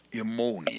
ammonia